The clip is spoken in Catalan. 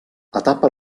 etapa